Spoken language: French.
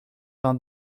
vingt